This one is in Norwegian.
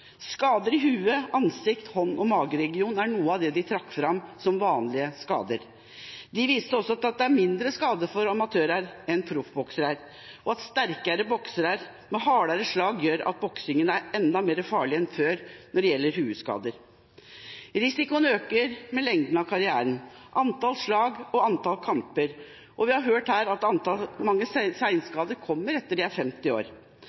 Skader i hodet, ansikt, hånd og mageregion er noe av det de trakk fram som vanlige skader. De viste også til at det er mindre skader for amatører enn for proffboksere, og at sterkere boksere, med hardere slag, gjør at boksing er enda farligere enn før når det gjelder hodeskader. Risikoen øker med lengden av karrieren, antallet slag og antallet kamper, og vi har hørt at mange senskader kommer etter at en er blitt 50 år.